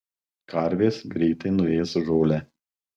karvės greitai nuės žolę